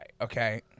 okay